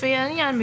לפי העניין,